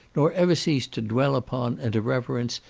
nor ever cease to dwell upon, and to reverence,